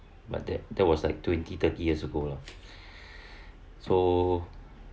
but that that was like twenty thirty years ago lah so